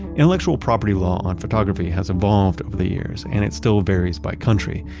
intellectual property law on photography has evolved over the years and it still varies by country,